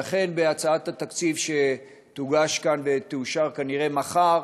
ואכן בהצעת התקציב שתוגש כאן ותאושר כנראה מחר